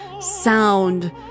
sound